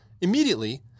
Immediately